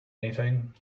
anything